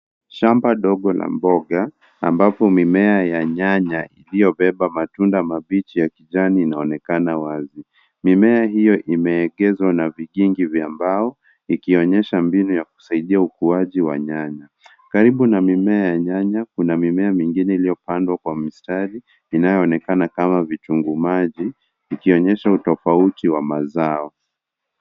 Shamba dogo la mboga ambapo mimea ya nyanya iliyobeba matunda mabichi ya kijani inaonekana wazi. Mimea hiyo imeegezwa na vikingi vya mbao ikionyesha mbinu ya kusaidia ukuwaji wa nyanya. Karibu na mimea ya nyanya kuna mimea mingine iliyopandwa kwa mistari inayoonekana kama vitunguu maji ikionyesha utofauti wa mazao.